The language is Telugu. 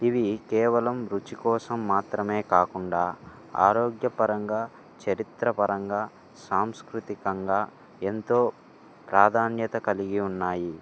ఇవి కేవలం రుచి కోసం మాత్రమే కాకుండా ఆరోగ్యపరంగా చారిత్రపరంగా సాంస్కృతికంగా ఎంతో ప్రాధాన్యత కలిగి ఉన్నాయి